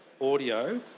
audio